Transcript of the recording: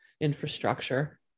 infrastructure